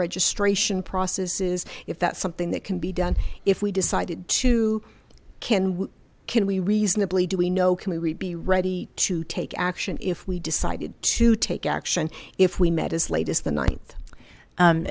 registration process is if that's something that can be done if we decide to can we can we reasonably do we know can we be ready to take action if we decide to take action if we met his latest the ninth